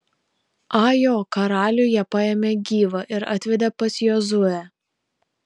ajo karalių jie paėmė gyvą ir atvedė pas jozuę